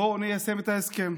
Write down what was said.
בואו ניישם את ההסכם.